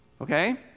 Okay